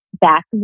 back